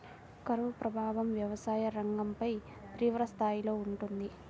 కరువు ప్రభావం వ్యవసాయ రంగంపై తీవ్రస్థాయిలో ఉంటుంది